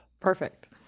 Perfect